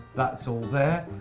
that's all there.